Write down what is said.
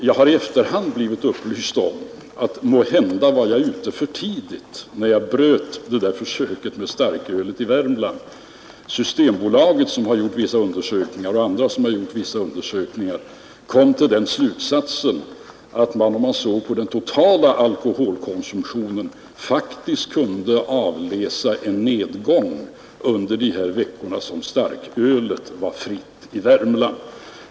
Jag har i efterhand blivit upplyst om att jag måhända var ute för tidigt när jag avbröt försöket med starkölsförsäljningen i Värmland. Systembolaget och andra, som har gjort vissa undersökningar, kom till den slutsatsen att man, om man såg på den totala alkoholkonsumtionen, faktiskt kunde avläsa en nedgång under de veckor som starkölet var fritt i Värmland.